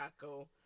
taco